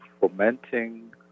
fomenting